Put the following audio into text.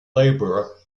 labourer